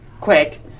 quick